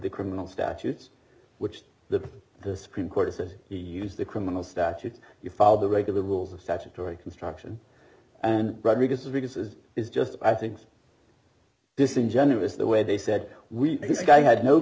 the criminal statutes which the the supreme court is if you use the criminal statute you follow the regular rules of statutory construction and rodriguez reduces is just i think this ingenuous the way they said we had no